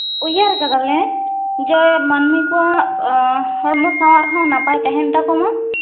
ᱩᱭᱦᱟᱹᱨ ᱠᱟᱫᱟᱞᱮ ᱡᱮ ᱢᱟᱹᱱᱢᱤ ᱠᱚᱣᱟᱜ ᱦᱚᱲᱢᱚ ᱥᱟᱶᱟᱨ ᱦᱚᱸ ᱱᱟᱯᱟᱭ ᱛᱟᱦᱮᱱ ᱛᱟᱠᱚ ᱢᱟ